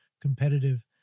competitive